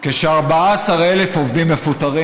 כש-14,000 עובדים מפוטרים,